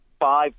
five